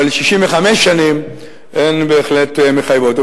אבל 63 שנים הן בהחלט מחייבות.